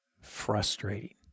frustrating